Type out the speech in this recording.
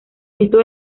esto